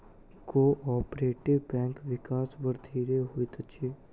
cooperative बैंकक विकास बड़ धीरे होइत अछि